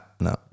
no